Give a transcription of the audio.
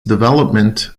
development